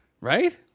Right